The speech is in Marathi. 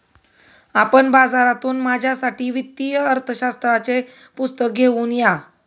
आपण बाजारातून माझ्यासाठी वित्तीय अर्थशास्त्राचे पुस्तक घेऊन या